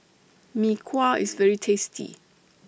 Mee Kuah IS very tasty